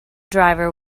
driver